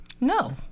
No